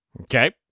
Okay